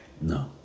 no